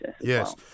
Yes